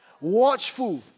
watchful